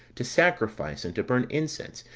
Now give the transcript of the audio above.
to sacrifice, and to burn incense,